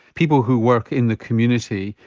people who work in the community,